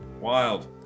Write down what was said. Wild